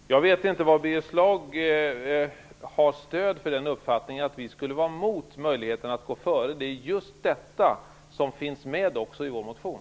Herr talman! Jag vet inte var Birger Schlaug funnit stöd för den uppfattningen att vi skulle vara mot möjligheten att gå före. Just detta finns med också i vår motion.